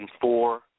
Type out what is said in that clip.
four